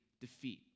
defeat